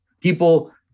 People